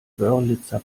wörlitzer